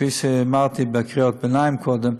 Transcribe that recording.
כפי שאמרתי בקריאות ביניים קודם,